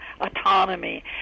autonomy